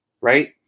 right